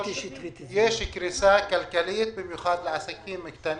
יש קריסה כללית אצל עסקים קטנים,